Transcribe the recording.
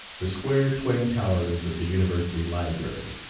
the square twin towers of the university library,